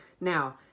Now